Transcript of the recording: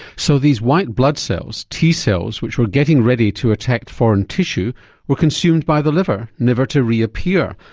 so these white blood cells, t cells, which were getting ready to attack foreign tissue were consumed by the liver never to reappear,